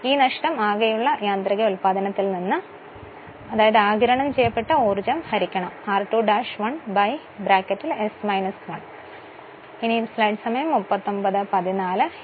ഈ നഷ്ടം ആകെയുള്ള യാന്ത്രിക ഉൽപാദനത്തിൽനിന്ന് അതായത് ആഗിരണം ചെയ്യപ്പെട്ട ഊർജം ഹരിക്കണം r2 1 s - 1 ൽനിന്ന് കുറയ്ക്കണം